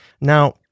Now